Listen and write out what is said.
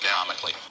economically